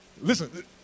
Listen